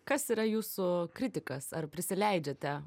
kas yra jūsų kritikas ar prisileidžiate